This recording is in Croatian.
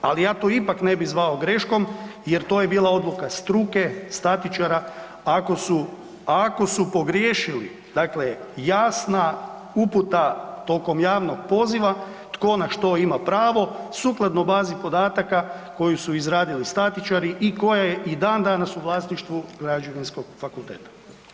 Al ja to ipak ne bi zvao greškom jer to je bila odluka struke statičara ako su, ako su pogriješili, dakle jasna uputa tokom javnog poziva tko na što ima pravo sukladno bazi podataka koju su izradili statičari i koja je i dan danas u vlasništvu građevinskog fakulteta.